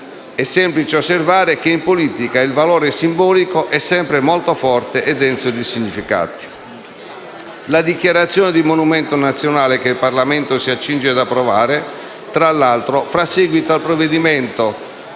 è semplice osservare che, in politica, il valore simbolico è sempre molto forte e denso di significati. La dichiarazione di monumento nazionale, che il Parlamento si accinge ad approvare, tra l'altro, fa seguito al decreto